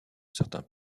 certains